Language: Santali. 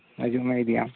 ᱦᱤᱡᱩᱜ ᱢᱮ ᱤᱫᱤᱭᱟᱢ